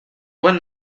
quan